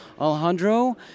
Alejandro